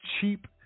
cheap